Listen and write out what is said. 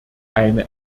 eine